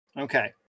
Okay